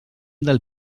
del